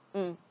mm